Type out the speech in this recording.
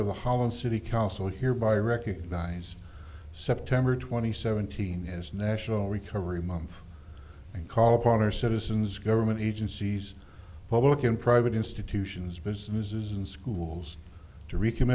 of the holland city council hereby recognize september twenty seventeen as national recovery month and call upon our citizens government agencies public and private institutions businesses and schools to